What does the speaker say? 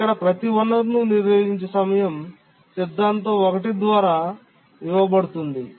ఇక్కడ ప్రతి వనరును నిరోధించే సమయం సిద్ధాంతం 1 ద్వారా ఇవ్వబడుతుంది